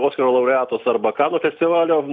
oskaro laureatus arba kanų festivalio